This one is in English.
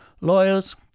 lawyers